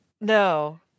No